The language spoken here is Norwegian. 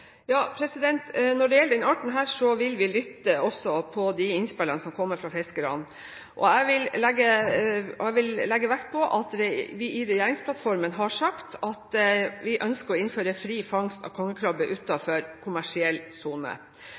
når det gjelder denne arten, vil vi lytte også til de innspillene som kommer fra fiskerne. Jeg vil legge vekt på at vi i regjeringsplattformen har sagt at vi ønsker å innføre fri fangst av kongekrabbe utenfor kommersiell sone.